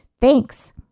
Thanks